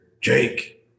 Jake